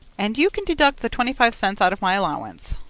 and you can deduct the twenty-five cents out of my allowance.